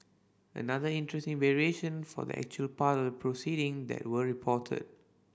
another interesting variation for the actual part proceeding that were reported